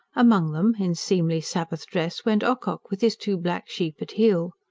among them, in seemly sabbath dress, went ocock, with his two black sheep at heel.